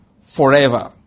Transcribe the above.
forever